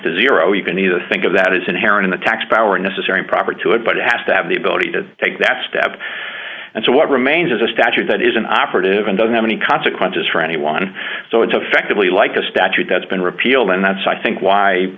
to zero you can either think of that is inherent in the tax power necessary proper to it but it has to have the ability to take that step and so what remains is a statute that isn't operative and doesn't have any consequences for anyone so it's affectively like a statute that's been repealed and that's i think why